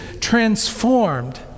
transformed